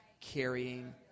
carrying